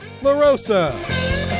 LaRosa